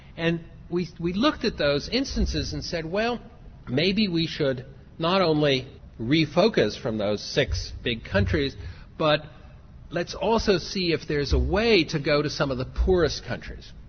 and we we looked at those instances and said well maybe we should not only refocus from those six big countries but let's also see if there's a way to go to some of the poorest countries.